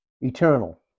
eternal